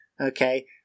okay